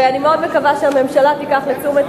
ואני מאוד מקווה שהממשלה תיקח לתשומת